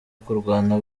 kurwana